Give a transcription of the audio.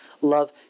love